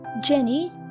Jenny